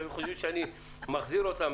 הם חושבים שאני מחזיר אותם,